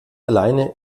alleine